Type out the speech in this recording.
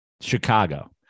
Chicago